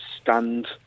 stunned